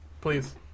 Please